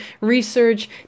research